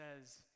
says